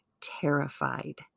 terrified